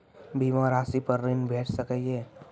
बीमा रासि पर ॠण भेट सकै ये?